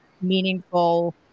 meaningful